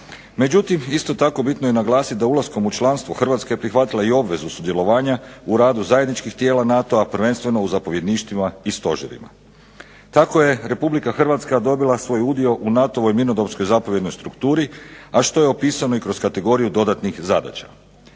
Međutim, isto tako bitno je naglasiti da ulaskom u članstvo Hrvatska je prihvatila i obvezu sudjelovanja u radu zajedničkih tijela NATO-a prvenstveno u zapovjedništvima i stožerima. Tako je Republika Hrvatska dobila svoj udio u NATO-voj mirnodopskoj zapovjednoj strukturi, a što je opisano i kroz kategoriju dodatnih zadaća.